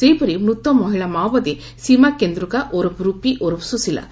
ସେହିପରି ମୂତ ମହିଳା ମାଓବାଦୀ ସୀମା କେନ୍ଦ୍ରକା ଓରଫ୍ ରୁପି ଓରଫ୍ ସୁଶିଲା